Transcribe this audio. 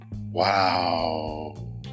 wow